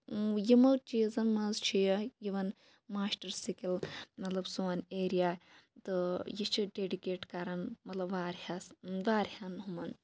یِمو چیٖزَن مَنٛز چھِ یہِ یِوان ماسٹر سِکل مَطلَب سون ایریا تہٕ یہِ چھ ڈیٚڈِکیٹ کران مَطلَب وایاہَس واریاہَن ہُمَن